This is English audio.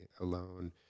alone